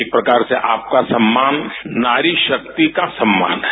एक प्रकार से आपका सम्मान नारी शक्ति का सम्मान है